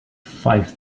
five